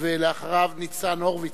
ואחריו, ניצן הורוביץ.